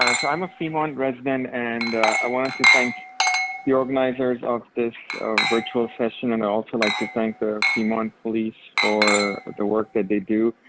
um so i'm a fremont resident and i wanted to thank the organizers of this virtual session and i'd also like to thank the fremont police for the work that they do.